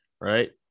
right